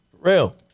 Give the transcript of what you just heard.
real